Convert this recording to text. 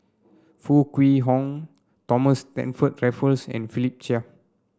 Foo Kwee Horng Thomas Stamford Raffles and Philip Chia